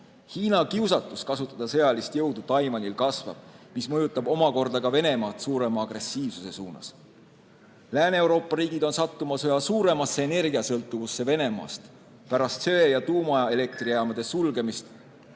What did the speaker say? Hiina kiusatus kasutada sõjalist jõudu Taiwanis kasvab, mis mõjutab omakorda ka Venemaad suurema agressiivsuse poole. Lääne-Euroopa riigid on sattumas üha suuremasse energiasõltuvusse Venemaast. Pärast söe- ja tuumaelektrijaamade sulgemist